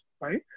right